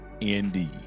indeed